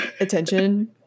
attention